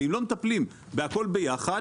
ואם לא מטפלים בכול ביחד